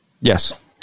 Yes